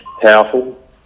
powerful